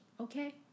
okay